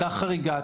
חריגה,